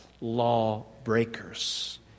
lawbreakers